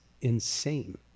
insane